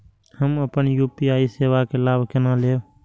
हम अपन यू.पी.आई सेवा के लाभ केना लैब?